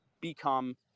become